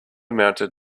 mounted